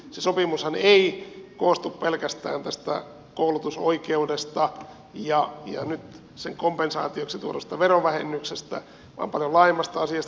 se sopimushan ei koostu pelkästään koulutusoikeudesta ja nyt sen kompensaatioksi tuodusta verovähennyksestä vaan paljon laajemmasta asiasta